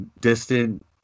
distant